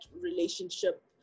relationship